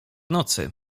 nocy